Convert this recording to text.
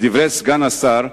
לדברי סגן השר,